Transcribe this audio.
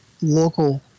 local